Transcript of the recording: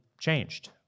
changed